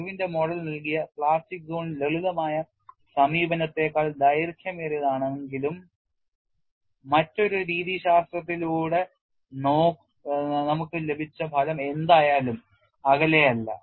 ഇർവിന്റെ മോഡൽ നൽകിയ plastic zone ലളിതമായ സമീപനത്തേക്കാൾ ദൈർഘ്യമേറിയതാണെങ്കിലും മറ്റൊരു രീതിശാസ്ത്രത്തിലൂടെ നമുക്ക് ലഭിച്ച ഫലം എന്തായാലും അകലെയല്ല